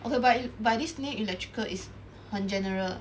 okay but you but this new electrical is 很 general